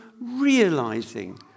realizing